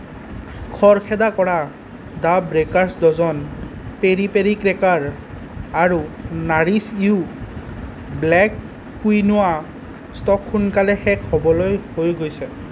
খৰখেদা কৰা the baker's dozen peri peri cracker আৰু nourish you black quinoa stock সোনকালে শেষ হ'বলৈ হৈ গৈছে